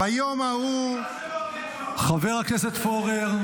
ביום ההוא ------ חבר הכנסת פורר.